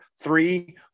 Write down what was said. three